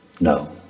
No